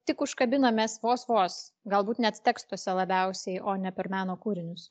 tik užkabinam mes vos vos galbūt net tekstuose labiausiai o ne per meno kūrinius